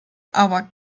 aber